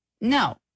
No